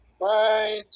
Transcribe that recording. Right